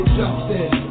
justice